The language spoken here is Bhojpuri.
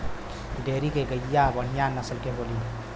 डेयरी के गईया बढ़िया नसल के होली